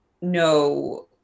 No